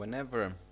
Whenever